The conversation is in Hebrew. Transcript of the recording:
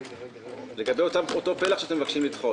לגבי אותו פלח שאתם מבקשים לדחות,